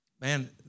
Man